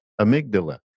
Amygdala